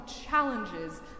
challenges